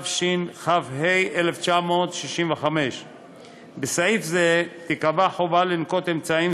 התשכ"ה 1965. בסעיף זה תיקבע חובה לנקוט אמצעים